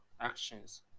actions